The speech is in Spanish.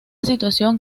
situación